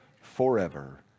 forever